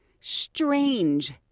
strange